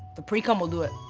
the pre-cum will do it.